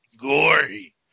gory